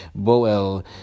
Boel